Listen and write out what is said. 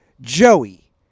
Joey